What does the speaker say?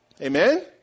Amen